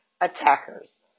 attackers